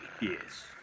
yes